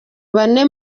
bane